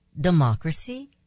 democracy